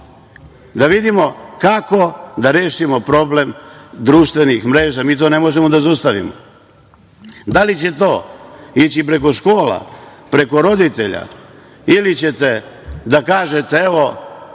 da vidimo kako da rešimo problem društvenih mreža. Mi to ne možemo da zaustavimo. Da li će to ići preko škola, preko roditelja ili ćete da kažete –